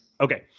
Okay